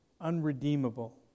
unredeemable